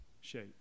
shape